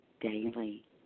daily